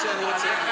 ביקורת.